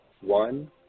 one